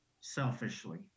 selfishly